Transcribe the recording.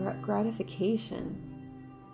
gratification